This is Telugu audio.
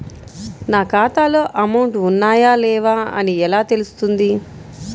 నా ఖాతాలో అమౌంట్ ఉన్నాయా లేవా అని ఎలా తెలుస్తుంది?